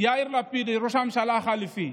יאיר לפיד, ראש הממשלה החליפי,